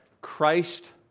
Christ